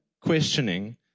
questioning